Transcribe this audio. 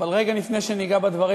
אבל רגע לפני שניגע בדברים,